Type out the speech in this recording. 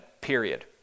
period